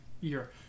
year